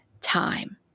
time